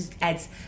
adds